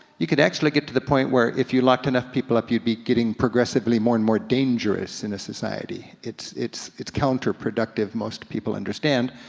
you could actually get to the point where if you locked enough people up you'd be getting progressively more and more dangerous in a society. it's it's counter-productive, most people understand,